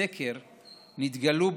בסקר נתגלו,